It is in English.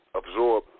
absorb